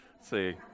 See